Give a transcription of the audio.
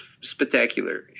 spectacular